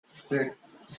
six